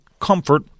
comfort